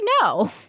no